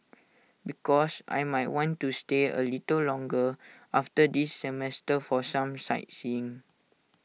because I might want to stay A little longer after this semester for some sightseeing